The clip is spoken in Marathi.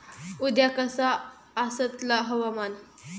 उद्या कसा आसतला हवामान?